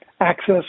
access